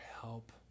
help